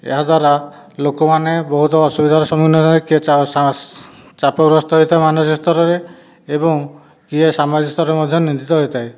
ଏହା ଦ୍ୱାରା ଲୋକମାନେ ବହୁତ ଅସୁବିଧାର ସମ୍ମୁଖୀନ କିଏ କିଏ ଚାପଗ୍ରସ୍ତ ହୋଇଥାଏ ମାନସିକ ସ୍ତରରେ ଏବଂ କିଏ ସାମାଜିକ ସ୍ତରରେ ମଧ୍ୟ ନିନ୍ଦିତ ହୋଇଥାଏ